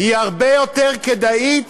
היא הרבה יותר כדאית,